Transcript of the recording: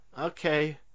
okay